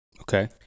okay